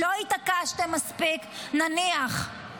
לא התעקשתם מספיק, נניח.